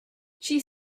chi